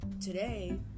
Today